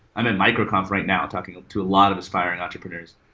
i'm in microconf right now talking to a lot of aspiring entrepreneurs,